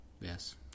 yes